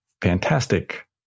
Fantastic